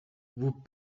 vous